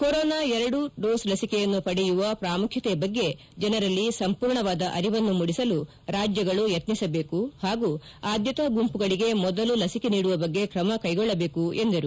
corona ಎರಡೂ dose ಲಸಿಕೆಯನ್ನು ಪಡೆಯುವ ಪ್ರಾಮುಖ್ಯತೆ ಬಗ್ಗೆ ಜನರಲ್ಲಿ ಸಂಪೂರ್ಣವಾದ ಅರಿವನ್ನು ಮೂಡಿಸಲು ರಾಜ್ಯಗಳು ಯತ್ನಿಸಬೇಕು ಹಾಗೂ ಆದ್ಯತಾ ಗುಂಪುಗಳಿಗೆ ಮೊದಲು ಲಸಿಕೆ ನೀಡುವ ಬಗ್ಗೆ ತ್ರಮ ಕೈಗೊಳ್ಳಬೇಕು ಎಂದರು